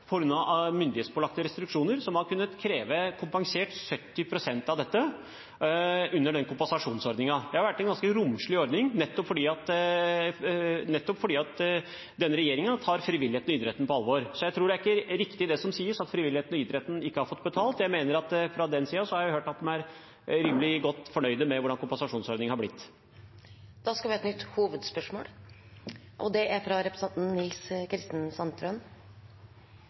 myndighetspålagte restriksjoner, har man kunnet kreve kompensert 70 pst av dette under den kompensasjonsordningen. Det har vært en ganske romslig ordning nettopp fordi denne regjeringen tar frivilligheten og idretten på alvor. Det er ikke riktig det som sies om at frivilligheten og idretten ikke har fått betalt. Fra den siden har jeg hørt at de er rimelig godt fornøyde med hvordan kompensasjonsordningen har blitt. Vi går da videre til neste hovedspørsmål. Naturen vår i Norge privatiseres. Skog tas over av utenlandske oppkjøpere eller aksjeselskap. Men Høyres parlamentariske leder hevder at det